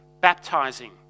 baptizing